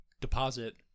deposit